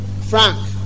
Frank